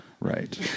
Right